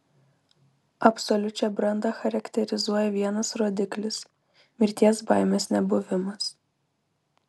absoliučią brandą charakterizuoja vienas rodiklis mirties baimės nebuvimas